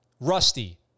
rusty